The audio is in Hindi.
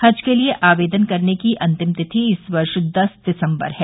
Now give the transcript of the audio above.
हज के लिए आवेदन करने की अंतिम तिथि इस वर्ष दस दिसम्बर है